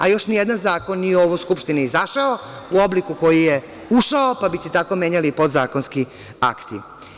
A još nijedan zakon nije u ovoj Skupštini izašao, u obliku koji je ušao pa bi se tako menjali i podzakonski akti.